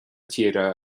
tíre